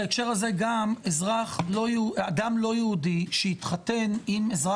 בהקשר הזה גם אדם לא יהודי שהתחתן עם אזרח ישראלי,